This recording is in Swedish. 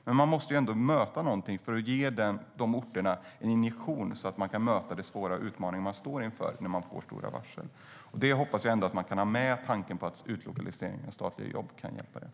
Men man måste ändå ge de orterna en injektion så att de kan möta de svåra utmaningar de står inför när de får stora varsel. Jag hoppas ändå på att man kan ha med tanken på att utlokalisering av statliga jobb kan hjälpa till.